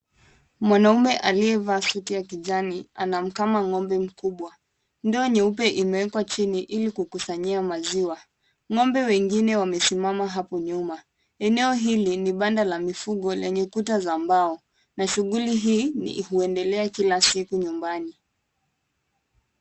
Mwanaume aliyevaa shati ya kijani anamkama ng'ombe mkubwa. Ndoo nyeupe imewekwa chini ili kukusanyia maziwa. Ng'ombe wengine wamesimama hapo nyuma. Eneo hili ni banda la mifugo lenye kuta za mbao na shuguli hii huiendelea kila siku nyumbani.